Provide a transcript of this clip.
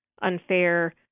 unfair